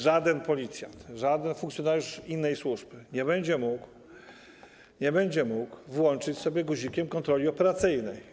Żaden policjant, żaden funkcjonariusz innej służby nie będzie mógł włączyć sobie guzikiem kontroli operacyjnej.